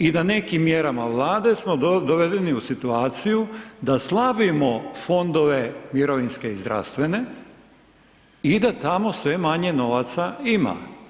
I da nekim mjerama Vlade smo dovedeni u situaciju da slabimo fondove mirovinske i zdravstvene i da tamo sve manje novaca ima.